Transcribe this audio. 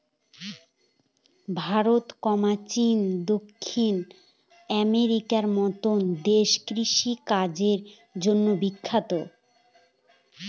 ভারত, চীন, দক্ষিণ আমেরিকার মতো দেশ কৃষিকাজের জন্য বিখ্যাত